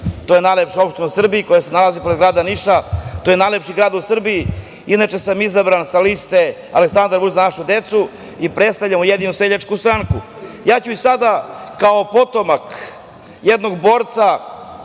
najlepše opštine u Srbiji, koja se nalazi pored grada Niša, a on je najlepši grad u Srbiji. Inače sam izabran sa liste „Aleksandar Vučić – Za našu decu“ i predstavljam Ujedinjenu seljačku stranku. Ja ću i sada, kao potomak jednog borca,